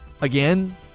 Again